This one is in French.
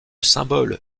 symbole